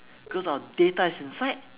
cause our data is inside